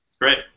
Great